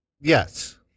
Yes